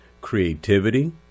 creativity